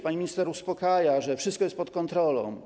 Pani minister uspokaja, że wszystko jest pod kontrolą.